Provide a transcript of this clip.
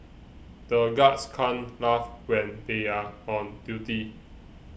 the guards can't laugh when they are on duty